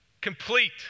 complete